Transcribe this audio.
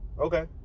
Okay